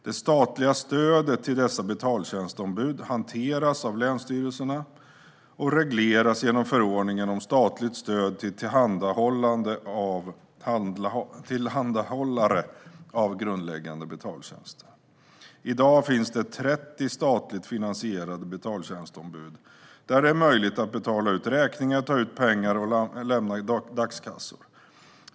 Det statliga stödet till dessa betaltjänstombud hanteras av länsstyrelserna och regleras genom förordningen om statligt stöd till tillhandahållare av grundläggande betaltjänster. I dag finns det 30 statligt finansierade betaltjänstombud, där det är möjligt att betala räkningar, ta ut pengar och lämna dagskassor.